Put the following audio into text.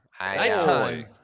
Nighttime